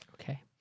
Okay